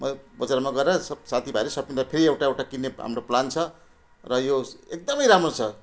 ब बजारमा गएर सब साथी भाइले सबले फेरि एउटा एउटा किन्ने हाम्रो प्लान छ र यो एकदमै राम्रो छ